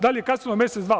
Da li je kasnilo mesec, dva?